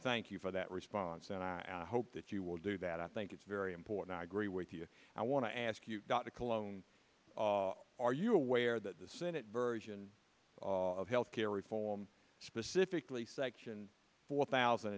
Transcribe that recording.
thank you for that response and i hope that you will do that i think it's very important i agree with you i want to ask you to cologne are you aware that the senate version of health care reform specifically section four thousand